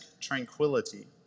tranquility